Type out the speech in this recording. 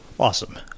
Awesome